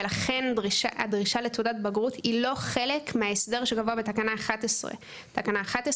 ולכן הדרישה לתעודת בגרות היא לא חלק מההסדר שקבע בתקנה 11. תקנה 11